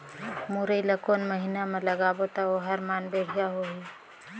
मुरई ला कोन महीना मा लगाबो ता ओहार मान बेडिया होही?